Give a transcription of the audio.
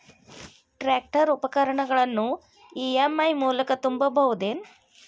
Tractor ಉಪಕರಣಗಳನ್ನು EMI ಮೂಲಕ ತುಂಬಬಹುದ ಏನ್?